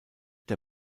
der